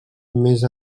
més